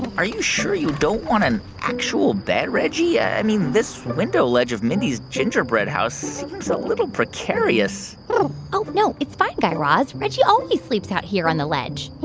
are you sure you don't want an actual bed, reggie? i mean, this window ledge of mindy's gingerbread house seems a little precarious oh, no. it's fine, guy raz. reggie always sleeps out here on the ledge